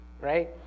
right